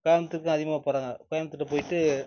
கோயம்முத்தூருக்கு அதிகமாக போகிறாங்க கோயம்முத்தூரு போய்ட்டு